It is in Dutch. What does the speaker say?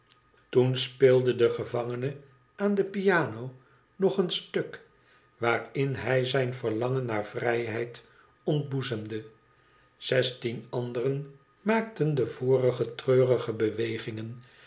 toen speelde de gevangene aan de piano no een i stuk waarin hij zijn verlangen naar vrijheid ontboezemde zestien anderen maakten de vorige treurige bewegingen